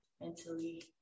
mentally